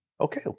Okay